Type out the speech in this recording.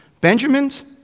Benjamins